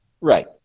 Right